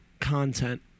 content